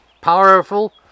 powerful